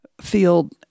field